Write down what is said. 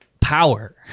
power